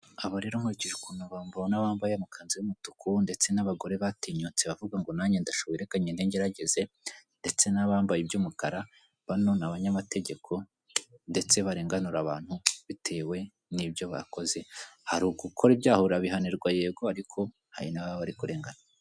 Aba rero nkurikije ukuntu mbona bambaye amakanzu y'umutuku, ndetse n'abagore batinyutse bavuga ngo nanjye ndashoboye reka nde ngerageze. Ndetse n'abambaye iby'umukara, bano ni abanyamategeko ndetse barenganura abantu bitewe n'ibyo bakoze. Hari ugukora ibyaha urabihanirwa yego, ariko hari n'abo baba bari kurenganya.